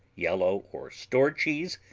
yellow or store cheese,